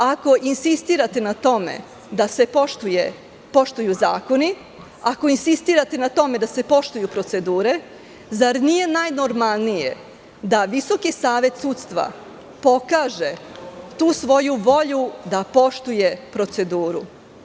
Ako insistirate na tome da se poštuju zakoni, da se poštuju procedure, zar nije najnormalnije da Visoki savet sudstva pokaže tu svoju volju da poštuje proceduru?